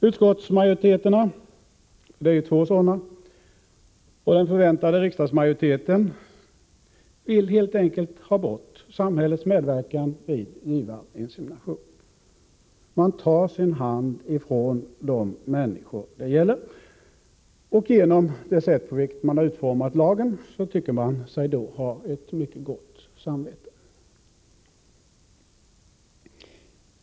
Utskottsmajoriteterna — det är två sådana — och den förväntade riksdagsmajoriteten vill helt enkelt ha bort samhällets medverkan vid givarinsemination. Man tar sin hand ifrån de människor det gäller, och genom det sätt på vilket man utformat lagen tycker man sig ha gott samvete.